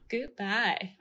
Goodbye